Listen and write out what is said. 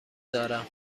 دارم